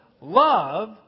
love